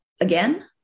again